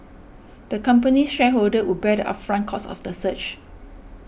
the company's shareholders would bear the upfront costs of the search